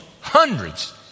Hundreds